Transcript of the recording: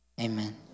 Amen